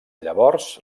llavors